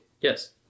Yes